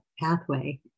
pathway